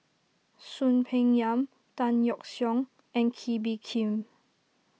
Soon Peng Yam Tan Yeok Seong and Kee Bee Khim